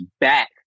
back